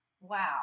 Wow